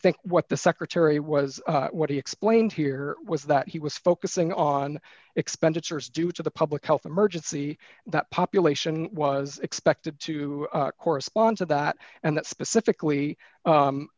think what the secretary was what he explained here was that he was focusing on expenditures due to the public health emergency that population was expected to correspond to that and that specifically